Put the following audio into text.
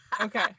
okay